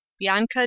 Bianca